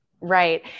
right